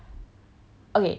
because the thing is